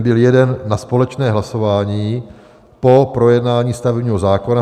Byl jeden na společné hlasování po projednání stavebního zákona.